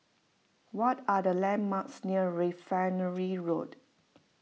what are the landmarks near Refinery Road